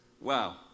Wow